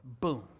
boom